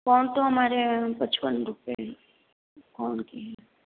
कोन तो हमारे यहाँ पचपन रुपये है कोन के है